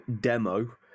demo